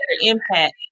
impact